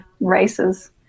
races